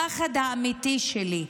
הפחד האמיתי שלי.